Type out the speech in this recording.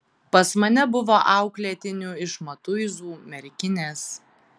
pas mane buvo auklėtinių iš matuizų merkinės